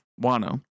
Wano